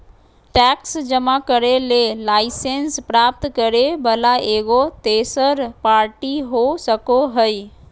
tax जमा करे ले लाइसेंस प्राप्त करे वला एगो तेसर पार्टी हो सको हइ